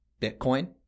Bitcoin